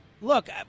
Look